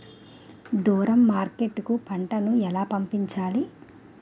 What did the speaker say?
దూరం మార్కెట్ కు పంట ను ఎలా పంపించాలి?